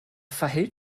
verhält